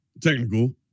technical